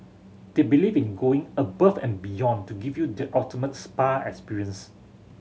they believe in going above and beyond to give you the ultimate spa experience